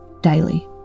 daily